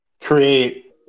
create